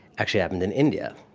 actually happened in india.